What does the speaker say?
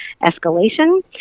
escalation